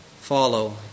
follow